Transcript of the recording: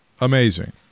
amazing